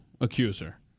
Accuser